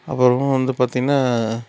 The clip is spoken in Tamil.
அப்புறமா வந்து பார்த்திங்கனா